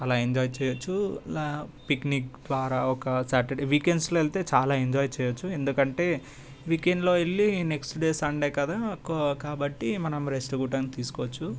చాలా ఎంజాయ్ చేయొచ్చు పిక్నిక్ ద్వారా ఒక సాటర్డే వీకెండ్స్లో వెళ్తే చాలా ఎంజాయ్ చేయొచ్చు ఎందుకంటే వీకెండ్లో వెళ్ళి నెక్స్ట్ డే సండే కదా కాబట్టి మనం రెస్ట్ కూడంగా తీసుకోవచ్చు